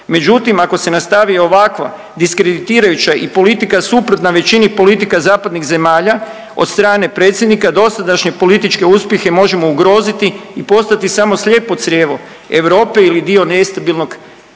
Međutim, ako se nastavi ovakva diskreditirajuća i politika suprotna većini politika zapadnih zemalja od strane predsjednika dosadašnje političke uspjehe možemo ugroziti i postati samo slijepo crijevo Europe ili dio nestabilnog